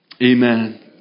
Amen